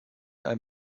ein